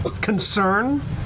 concern